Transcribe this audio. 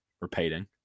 repeating